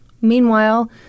Meanwhile